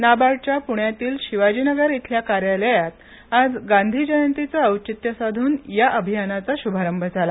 नाबार्डच्या पुण्यातील शिवाजीनगर येथील कार्यालयात आज गांधी जयंतीचं औचित्य साधन या अभियानाचा शुभारंभ झाला